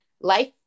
life